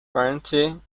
warranty